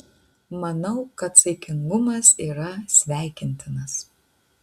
manau kad saikingumas yra sveikintinas